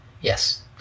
Yes